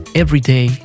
everyday